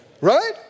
Right